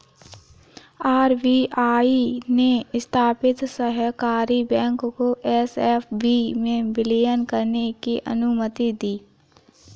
RBI ने स्थापित सहकारी बैंक को एस.एफ.बी में विलय करने की अनुमति दी